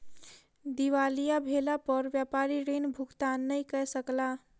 दिवालिया भेला पर व्यापारी ऋण भुगतान नै कय सकला